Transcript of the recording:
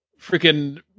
freaking